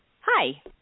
Hi